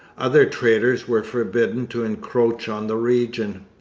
other traders were forbidden to encroach on the region.